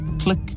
click